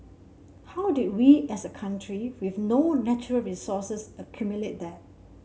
how did we as a country with no natural resources accumulate that